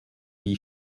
wie